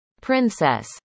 Princess